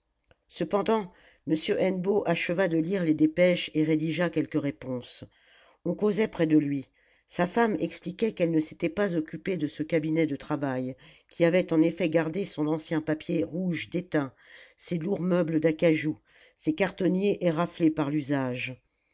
cependant m hennebeau acheva de lire les dépêches et rédigea quelques réponses on causait près de lui sa femme expliquait qu'elle ne s'était pas occupée de ce cabinet de travail qui avait en effet gardé son ancien papier rouge déteint ses lourds meubles d'acajou ses cartonniers éraflés par l'usage